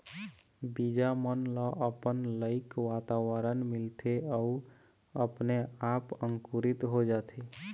बीजा मन ल अपन लइक वातावरन मिलथे त अपने आप अंकुरित हो जाथे